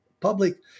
public